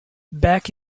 back